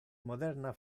moderna